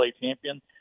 champion